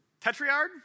tetriard